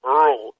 Earl